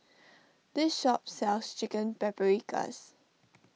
this shop sells Chicken Paprikas